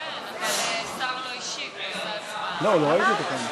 להעביר את הצעת